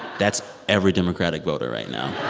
that's every democratic voter right now